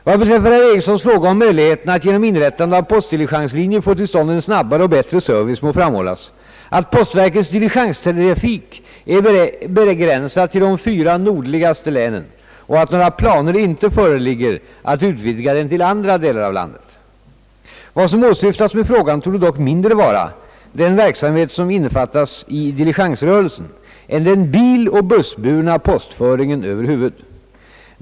Vad beträffar herr Erikssons fråga om möjligheterna att genom inrättande av postdiligenslinjer få till stånd en snabbare och bättre service må framhållas att postverkets diligenstrafik är begränsad till de fyra nordligaste länen och att några planer inte föreligger att utvidga den till andra delar av landet. Vad som åsyftas med frågan torde dock mindre vara den verksamhet, som innefattas i diligensrörelsen, än den biloch bussburna postföringen över huvud.